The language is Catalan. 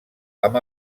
amb